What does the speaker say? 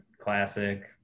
Classic